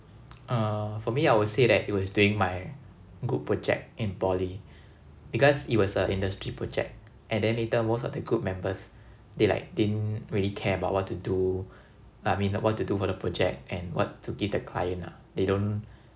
uh for me I will say that it was during my group project in poly because it was a industry project and then later most of the group members they like didn't really care about what to do I mean what to do for the project and what to give the client ah they don't